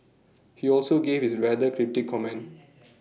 he also gave his rather cryptic comment